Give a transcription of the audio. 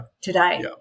today